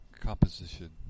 composition